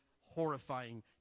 horrifying